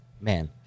man